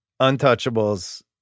Untouchables